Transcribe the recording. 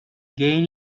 gain